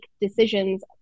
decisions